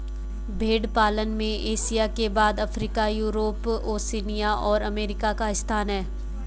भेंड़ पालन में एशिया के बाद अफ्रीका, यूरोप, ओशिनिया और अमेरिका का स्थान है